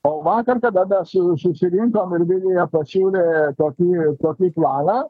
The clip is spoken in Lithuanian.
o vakar tada mes jau susirinkom ir vilija pasiūlė tokį tokį planą